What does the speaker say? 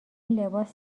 لباس